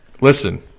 listen